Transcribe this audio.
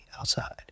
outside